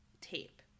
tape